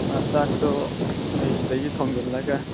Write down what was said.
ꯑꯥ ꯆꯥꯛꯇꯣ ꯑꯩꯈꯣꯏ ꯁꯤꯗꯒꯤ ꯊꯣꯡꯖꯤꯜꯂꯒ